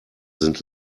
sind